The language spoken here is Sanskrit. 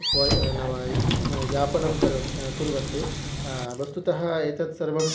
स्वयं नव यापनं करोति कुर्वन्ति वस्तुतः एतत् सर्वं